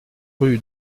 rue